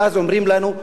ואז אומרים לנו,